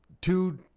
two